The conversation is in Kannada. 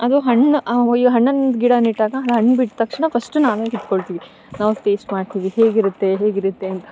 ಅದು ಹಣ್ಣು ಆ ಒಯ್ಯೊ ಹಣ್ಣಿನ ಗಿಡ ನೆಟ್ಟಾಗ ಅದೂ ಹಣ್ಣು ಬಿಟ್ಟ ತಕ್ಷಣ ಫಸ್ಟ್ ನಾವೇ ಕಿತ್ಕೊಳ್ತೀನಿ ನಾವು ಟೇಸ್ಟ್ ಮಾಡ್ತೀವಿ ಹೇಗಿರುತ್ತೆ ಹೇಗಿರುತ್ತೆ ಅಂತ